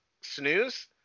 snooze